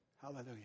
Hallelujah